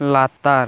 ᱞᱟᱛᱟᱨ